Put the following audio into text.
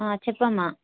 చెప్పమ్మ